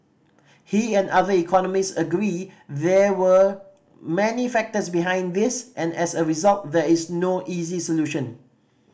he and other economists agree there were many factors behind this and as a result there is no easy solution